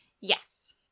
Yes